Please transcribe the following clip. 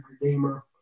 redeemer